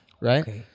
right